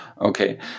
Okay